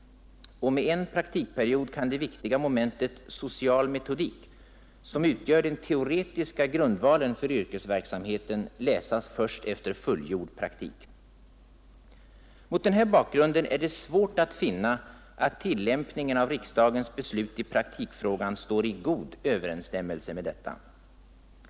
Och med en praktikperiod kan det viktiga momentet social metodik, som utgör den teoretiska grundvalen för yrkesverksamheten, läsas först efter fullgjord praktik. Mot den här bakgrunden är det svårt att finna att tillämpningen av riksdagens beslut i praktikfrågan står i ”god överensstämmelse” med detta.